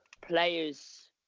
players